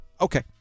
okay